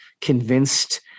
convinced